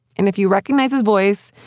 and if you recognize his voice,